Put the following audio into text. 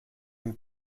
und